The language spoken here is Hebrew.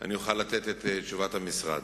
שאני אוכל לתת את תשובת המשרד.